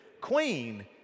queen